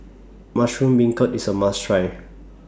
Mushroom Beancurd IS A must Try